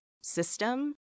system